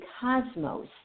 cosmos